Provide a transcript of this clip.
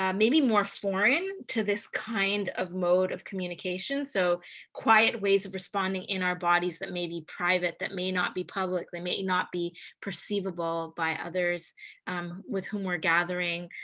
um maybe more foreign to this kind of mode of communication. so quiet ways of responding in our bodies that may be private, that may not be publicly, that may not be perceivable by others with whom we're gathering.